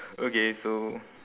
okay so